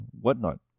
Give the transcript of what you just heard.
whatnot